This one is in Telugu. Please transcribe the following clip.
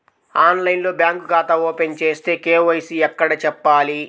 ఆన్లైన్లో బ్యాంకు ఖాతా ఓపెన్ చేస్తే, కే.వై.సి ఎక్కడ చెప్పాలి?